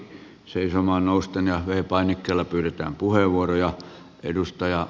seisomaan nousten ja v painikkeella pyydetään puheenvuoro